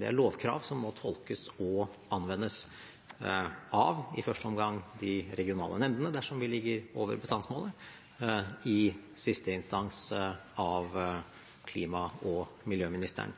er lovkrav som må tolkes og anvendes i første omgang av de regionale nemndene, dersom vi ligger over bestandsmålene, og i siste instans av klima- og miljøministeren.